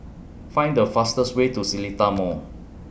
Find The fastest Way to Seletar Mall